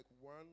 one